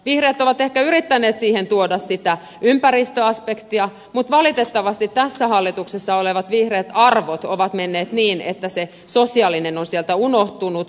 vihreät ovat ehkä yrittäneet tuoda siihen sitä ympäristöaspektia mutta valitettavasti tässä hallituksessa olevat vihreät arvot ovat menneet niin että se sosiaalinen on sieltä unohtunut